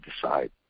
decide